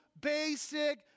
basic